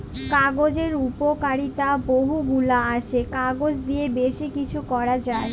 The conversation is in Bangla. কাগজের উপকারিতা বহু গুলা আসে, কাগজ দিয়ে বেশি কিছু করা যায়